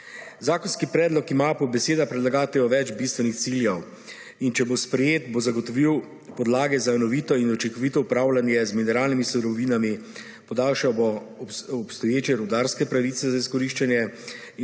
Zakonski predlog ima po besedah predlagateljev več bistvenih ciljev in če bo sprejet, bo zagotovil podlage za enovito in učinkovito upravljanje z mineralnimi surovinami, podaljšal bo obstoječe rudarske pravice za izkoriščanje